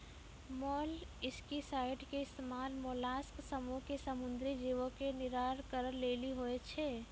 molluscicide के इस्तेमाल mollusc समूहो के समुद्री जीवो के निराकरण लेली होय छै